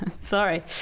Sorry